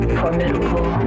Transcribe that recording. formidable